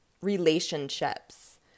relationships